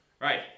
Right